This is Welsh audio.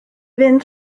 fynd